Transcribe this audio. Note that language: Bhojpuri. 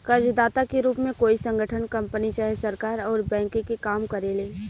कर्जदाता के रूप में कोई संगठन, कंपनी चाहे सरकार अउर बैंक के काम करेले